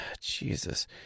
Jesus